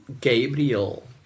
Gabriel